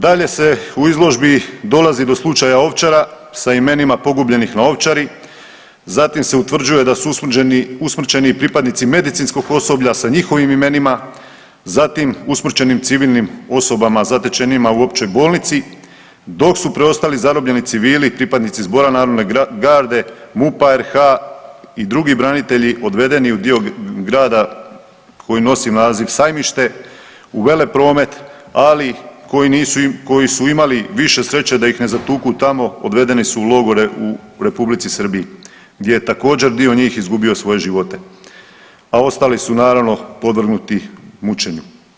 Dalje se u izložbi dolazi do slučaja Ovčara sa imenima pogubljenih na Ovčari, zatim se utvrđuje da su usmrćeni i pripadnici medicinskog osoblja sa njihovim imenima, zatim usmrćenim civilnim osobama zatečenima u općoj bolnici, dok su preostali zarobljeni civili i pripadnici ZNG, MUP-a RH i drugi branitelji odvedeni u dio grada koji nosi naziv Sajmište u Velepromet, ali koji su imali više sreće da ih ne zatuku tamo odvedeni su u logore u Republici Srbiji gdje je također dio njih izgubio svoje živote, a ostali su naravno podvrgnuti mučenju.